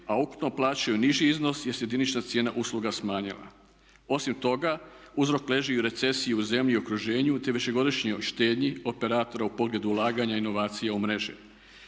a ukupno plaćaju niži iznos jer se jedinična cijena usluga smanjila. Osim toga, uzrok leži i u recesiji u zemlji i u okruženju te višegodišnjoj štednji operatora u pogledu ulaganja i inovacija u mreži.